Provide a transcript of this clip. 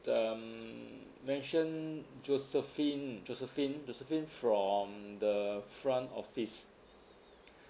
um mention josephine josephine josephine from the front office